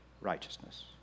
Righteousness